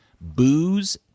booze